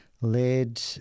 led